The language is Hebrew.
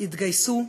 התגייסו,